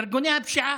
ארגוני הפשיעה.